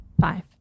five